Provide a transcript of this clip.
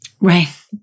right